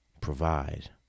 provide